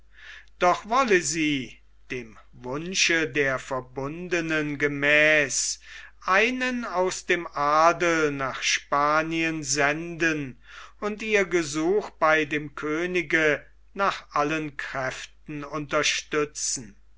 doch wolle sie dem wunsche der verbundenen gemäß einen aus dem adel nach spanien senden und ihr gesuch bei dem könige nach allen kräften unterstützen